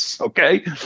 Okay